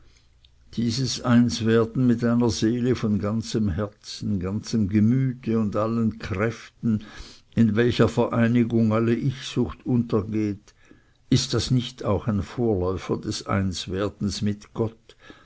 dieses einswerden mit einer seele von ganzem herzen ganzem gemüte und allen kräften in welcher vereinigung alle ichsucht untergeht ist das nicht auch ein vorläufer des einswerdens mit gott